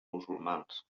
musulmans